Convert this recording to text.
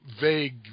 vague